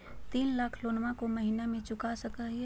तीन लाख लोनमा को महीना मे चुका सकी हय?